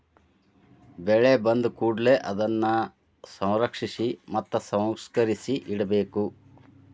ಬೆಳೆ ಬಂದಕೂಡಲೆ ಅದನ್ನಾ ಸಂರಕ್ಷಿಸಿ ಮತ್ತ ಸಂಸ್ಕರಿಸಿ ಇಡಬೇಕು